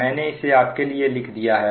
मैंने इसे आपके लिए लिख दिया है